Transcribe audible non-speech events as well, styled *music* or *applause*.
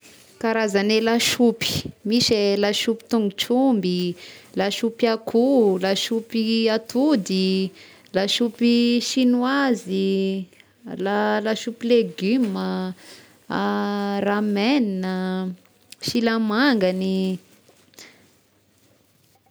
*noise* Karazagne lasopy: misy e lasopy tongotr'omby, lasopy akoho, *noise* lasopy atody, *noise* lasopy sinoizy *noise* *noise* la- lasopy legioma, *hesitation* ramen, *noise* silamangany. *noise*